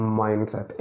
mindset